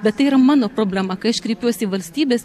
bet tai yra mano problema kai aš kreipiuosi į valstybės